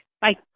Bye